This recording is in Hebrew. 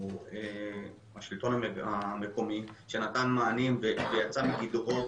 השלטון המקומי שנתן מענים ויצא מגדרו,